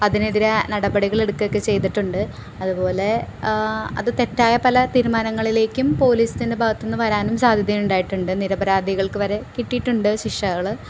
അതിനെതിരെ നടപടികൾ എടുക്കുക ഒക്കെ ചെയ്തിട്ടുണ്ട് അതു പോലെ അതു തെറ്റായ പലതീരുമാനങ്ങളിലേക്കും പോലീസിൻ്റെ ഭാഗത്തു നിന്നു വരാനും സാദ്ധ്യതയുണ്ടായിട്ടുണ്ട് നിരപരാധികൾക്ക് വരെ കിട്ടിയിട്ടുണ്ട് ശിക്ഷകൾ